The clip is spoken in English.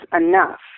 enough